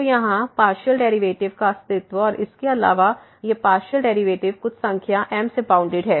तो यहां partial derivative का अस्तित्व और इसके अलावा ये पार्शियल डेरिवेटिव कुछ संख्या M से बाउंडेड हैं